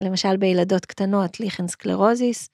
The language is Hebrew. למשל בילדות קטנות ליכן סקלרוזיס.